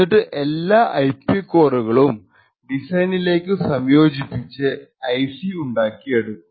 എന്നിട്ടു എല്ലാ ഐപി കോറുകളും ഡിസൈനിലേക്കു സംയോചിപ്പിച്ചു ഐസി ഉണ്ടാക്കിയെടുക്കും